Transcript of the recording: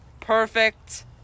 perfect